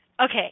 okay